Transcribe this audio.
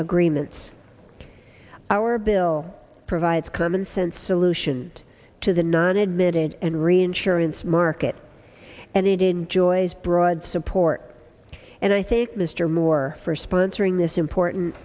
agreements our bill provides commonsense solution to the non admitted and reinsurance market and it enjoys broad support and i think mr moore for sponsoring this important